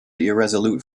irresolute